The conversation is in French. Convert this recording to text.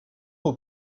aux